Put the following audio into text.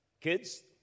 Kids